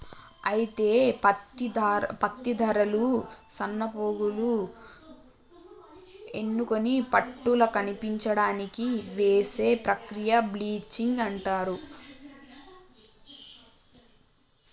అయితే పత్తి దారాలు సన్నపోగులు ఎన్నుకొని పట్టుల కనిపించడానికి చేసే ప్రక్రియ బ్లీచింగ్ అంటారు